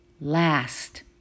last